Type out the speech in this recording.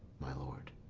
my lord